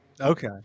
Okay